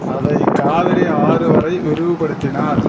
அதை காவிரி ஆறு வரை விரிவுபடுத்தினார்